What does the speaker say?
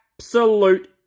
absolute